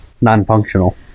Non-functional